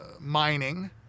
mining